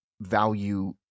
value